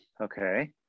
Okay